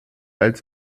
als